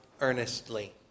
earnestly